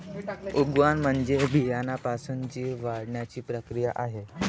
उगवण म्हणजे बियाण्यापासून जीव वाढण्याची प्रक्रिया आहे